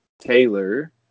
Taylor